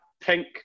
pink